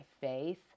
faith